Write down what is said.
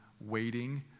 waiting